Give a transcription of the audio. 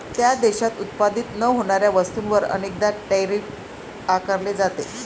त्या देशात उत्पादित न होणाऱ्या वस्तूंवर अनेकदा टैरिफ आकारले जाते